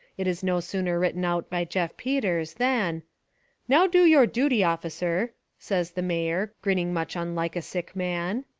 it is no sooner written out by jeff peters, than now do your duty, officer says the mayor, grinning much unlike a sick man.